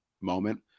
moment